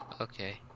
Okay